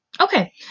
okay